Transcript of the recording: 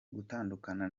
gutandukana